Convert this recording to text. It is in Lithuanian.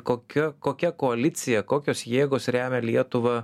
kokia kokia koalicija kokios jėgos remia lietuvą